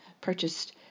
purchased